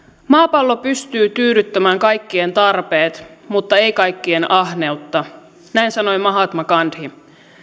maapallo pystyy tyydyttämään kaikkien tarpeet mutta ei kaikkien ahneutta näin sanoi mahatma gandhi